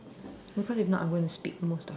because if not I'm going to speak most of it